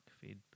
feedback